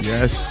Yes